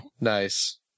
nice